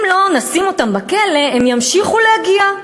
אם לא נשים אותם בכלא, הם ימשיכו להגיע.